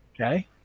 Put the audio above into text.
Okay